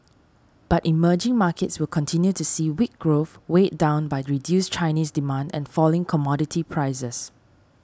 but emerging markets will continue to see weak growth weighed down by reduced Chinese demand and falling commodity prices